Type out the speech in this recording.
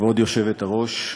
כבוד היושבת-ראש,